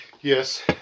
Yes